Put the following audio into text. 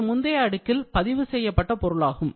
இது முந்தைய அடுக்கில் பதிவுசெய்யப்பட்ட பொருளாகும்